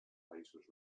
països